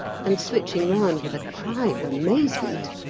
and, switching round with a cry of amazement,